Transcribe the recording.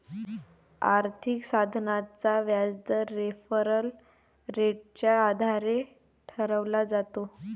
आर्थिक साधनाचा व्याजदर रेफरल रेटच्या आधारे ठरवला जातो